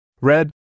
Red